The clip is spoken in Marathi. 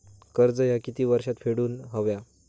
कर्ज ह्या किती वर्षात फेडून हव्या?